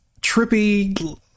trippy